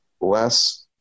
less